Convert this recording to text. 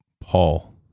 Paul